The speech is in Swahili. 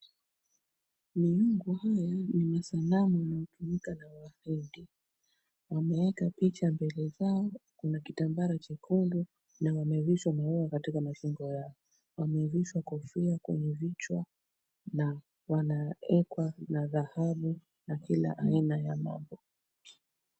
Miungu haya ni masanamu yanayotumika na wahindi, wameweka picha mbele zao, kuna kitambara chekundu na wamevishwa maua katika mashingo yao, wamevishwa kofia kwenye vichwa na wanawekwa na dhahbu na kila aina ya mambo.